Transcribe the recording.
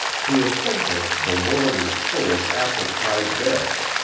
to a thinker the world is full of apple-pie beds,